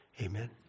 Amen